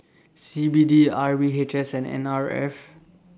C B D R V H S and N R F